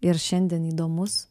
ir šiandien įdomus